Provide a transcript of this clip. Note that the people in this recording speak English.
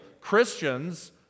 Christians